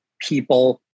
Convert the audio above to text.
people